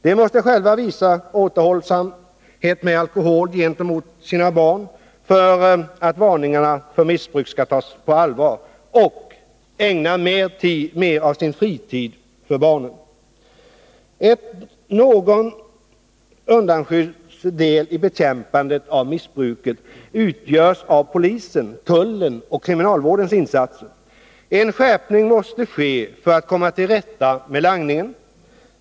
De måste själva visa återhållsamhet med alkohol gentemot sina barn för att varningarna för missbruket skall tas på allvar, och de måste ägna mera av sin fritid åt barnen. En något undanskymd del i bekämpandet av missbruket utgör polisens, tullens och kriminalvårdens insatser. En skärpning måste ske för att komma till rätta med langningen.